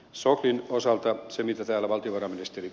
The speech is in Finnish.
soklin osalta se mitä se on tyrmistynyt